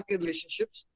relationships